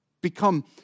Become